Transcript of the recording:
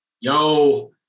Yo